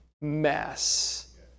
mess